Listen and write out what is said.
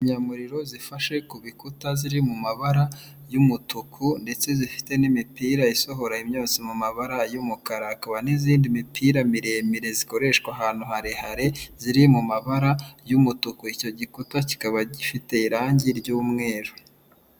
Inzimyamuriro zifashe ku bikuta ziri mu mabara y'umutuku, ndetse zifite n'imipira isohora imyotsi mu mabara y'umukara, hakaba n'izindi mipira miremire zikoreshwa ahantu harehare, ziri mu mabara y'umutuku, icyo gikuta kikaba gifite irangi ry'umweru.